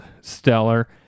stellar